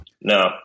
no